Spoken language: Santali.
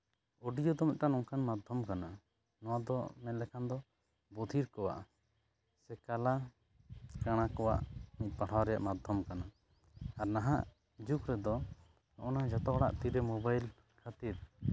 ᱚᱰᱤᱭᱳ ᱫᱚ ᱢᱤᱫᱴᱟᱱ ᱱᱚᱝᱠᱟᱱ ᱢᱟᱫᱽᱫᱷᱚᱢ ᱠᱟᱱᱟ ᱱᱚᱣᱟ ᱫᱚ ᱢᱮᱱ ᱞᱮᱠᱷᱟᱱ ᱫᱚ ᱵᱚᱫᱷᱤᱨ ᱠᱚᱣᱟᱜ ᱥᱮ ᱠᱟᱞᱟ ᱠᱟᱬᱟ ᱠᱚᱣᱟᱜ ᱢᱤᱫ ᱯᱟᱲᱦᱟᱣ ᱨᱮᱭᱟᱜ ᱢᱟᱫᱽᱫᱷᱚᱢ ᱠᱟᱱᱟ ᱟᱨ ᱱᱟᱦᱟᱜ ᱡᱩᱜᱽ ᱨᱮᱫᱚ ᱱᱚᱜᱼᱚᱱᱟ ᱡᱚᱛᱚ ᱦᱚᱲᱟᱜ ᱛᱤᱨᱮ ᱢᱳᱵᱟᱭᱤᱞ ᱠᱷᱟᱹᱛᱤᱨ